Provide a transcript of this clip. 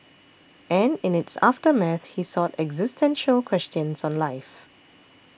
and in its aftermath he sought existential questions on life